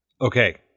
Okay